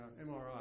MRI